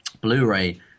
Blu-ray